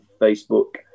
Facebook